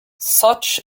such